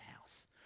house